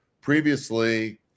previously